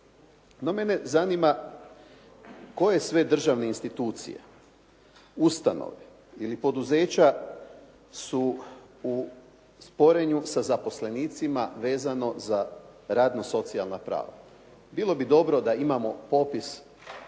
mene zanima koje sve državne institucije, ustanove ili poduzeća su u sporenju sa zaposlenicima vezano za radno-socijalna prava. Bilo bi dobro da imamo popis